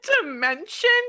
dimension